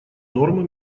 нормы